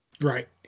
right